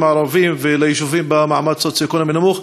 הערביים וליישובים במעמד סוציו-אקונומי נמוך,